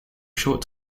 short